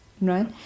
Right